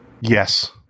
Yes